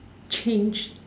change